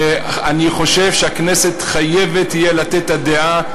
ואני חושב שהכנסת תהיה חייבת לתת את דעתה.